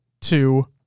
two